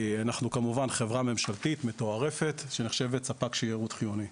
אנחנו כמובן חברה ממשלתית מתוערפת שנחשבת ספק שירות חיוני.